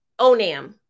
ONAM